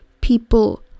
people